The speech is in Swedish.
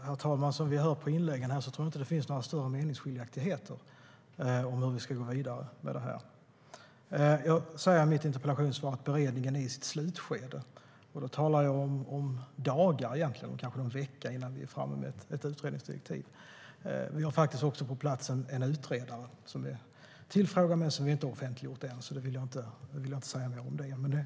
Herr talman! Efter vad jag hört i inläggen här tror jag inte att det finns några större meningsskiljaktigheter om hur vi ska gå vidare med det här. Jag säger i mitt interpellationssvar att beredningen är i sitt slutskede, och då talar jag om dagar eller kanske någon vecka innan vi är framme vid ett utredningsdirektiv. Vi har faktiskt också på plats en utredare som är tillfrågad men som inte är offentliggjord än, så jag vill inte säga vem det är.